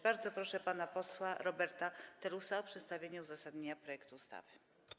Bardzo proszę pana posła Roberta Telusa o przedstawienie uzasadnienia projektu ustawy.